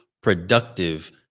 productive